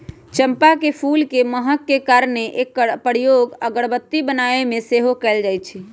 चंपा के फूल के महक के कारणे एकर प्रयोग अगरबत्ती बनाबे में सेहो कएल जाइ छइ